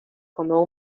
como